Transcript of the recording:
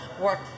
work